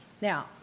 Now